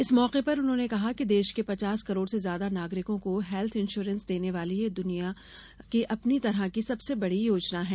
इस मौके पर उन्होंने कहा कि देश के पचास करोड़ से ज्यादा नागरिकों को हेल्थ इंश्योरेंस देने वाली ये द्रनिया अपनी तरह की सबसे बड़ी योजना है